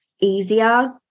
easier